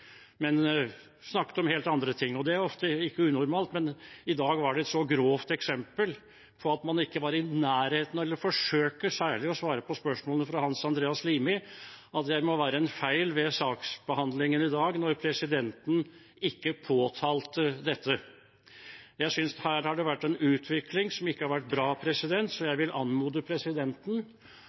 men snakket om helt andre ting. Det er ofte ikke unormalt, men i dag var det et så grovt eksempel på at man ikke var i nærheten av å forsøke å svare, særlig på spørsmålene fra Hans Andreas Limi, at det må være en feil ved saksbehandlingen i dag når presidenten ikke påtalte dette. Jeg synes at det her har vært en utvikling som ikke har vært bra, så jeg vil anmode presidenten